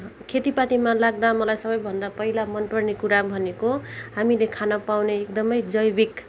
खेतीपातीमा लाग्दा मलाई सबैभन्दा पहिला मनपर्ने कुरा भनेको हामीले खान पाउने एकदमै जैविक